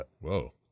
Whoa